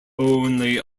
only